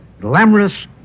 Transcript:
glamorous